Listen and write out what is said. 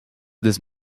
this